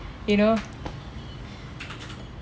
you know